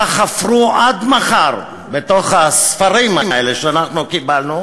תחפרו עד מחר בתוך הספרים האלה שאנחנו קיבלנו